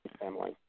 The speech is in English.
family